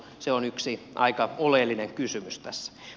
se on yksi aika oleellinen kysymys tässä